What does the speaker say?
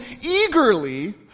eagerly